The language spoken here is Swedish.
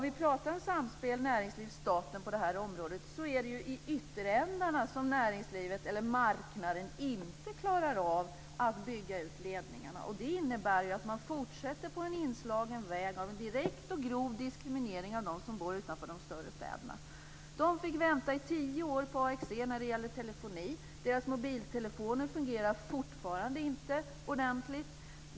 Vad gäller ett samspel mellan näringslivet och staten på det här området vill jag peka på att det är i ytterändarna som näringslivet eller marknaden inte klarar att bygga ut ledningarna. Det innebär en fortsättning på en inslagen väg av direkt och grov diskriminering av dem som bor utanför de större städerna. De fick vänta i tio år på AXE inom telefonin, och deras mobiltelefoner fungerar fortfarande inte ordentligt.